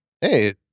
Hey